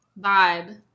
vibe